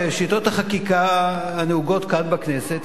בשיטות החקיקה הנהוגות כאן בכנסת,